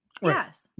Yes